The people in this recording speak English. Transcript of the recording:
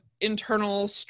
internal